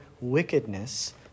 wickedness